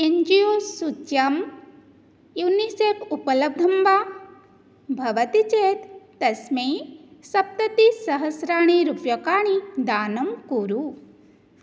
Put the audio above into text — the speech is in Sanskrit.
एन् जी ओ सूच्यां यूनिसेप् उपलब्धं वा भवति चेत् तस्मै सप्ततिसहस्राणि रूप्यकाणि दानं कुरु